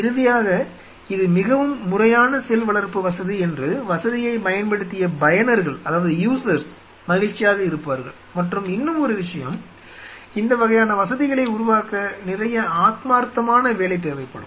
இறுதியாக இது மிகவும் முறையான செல் வளர்ப்பு வசதி என்று வசதியைப் பயன்படுத்திய பயனர்கள் மகிழ்ச்சியாக இருப்பார்கள் மற்றும் இன்னும் ஒரு விஷயம் இந்த வகையான வசதிகளை உருவாக்க நிறைய ஆத்மார்த்தமான வேலை தேவைப்படும்